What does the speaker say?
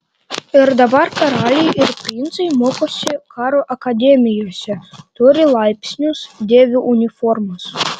ir dabar karaliai ir princai mokosi karo akademijose turi laipsnius dėvi uniformas